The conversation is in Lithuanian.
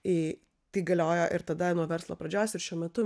į tai galiojo ir tada nuo verslo pradžios ir šiuo metu